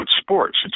sports